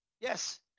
Yes